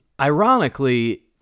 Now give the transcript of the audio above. Ironically